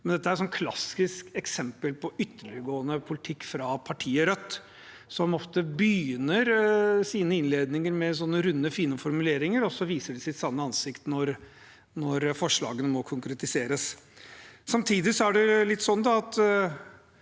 dette et klassisk eksempel på ytterliggående politikk fra partiet Rødt, som ofte begynner sine innledninger med runde, fine formuleringer, og så viser de sitt sanne ansikt når forslagene må konkretiseres. Samtidig er det slik at